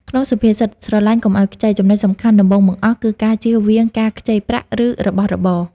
ក្នុងសុភាសិត "ស្រឡាញ់កុំឲ្យខ្ចី" ចំណុចសំខាន់ដំបូងបង្អស់គឺការជៀសវាងការខ្ចីប្រាក់ ឬរបស់របរ។